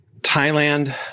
Thailand